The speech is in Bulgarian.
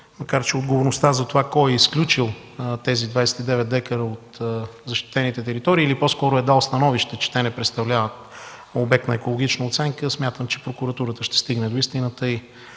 територии. Отговорността за това кой е изключил тези 29 дка от защитените територии или по-скоро е дал становище, че те не представляват обект на екологична оценка, смятам, че прокуратурата ще стигне до истината.